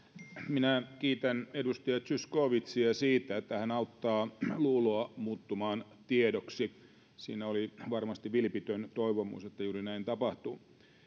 minä kiitän edustaja zyskowiczia siitä että hän auttaa luuloa muuttumaan tiedoksi siinä oli varmasti vilpitön toivomus että juuri näin tapahtuu